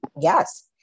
Yes